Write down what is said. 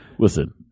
Listen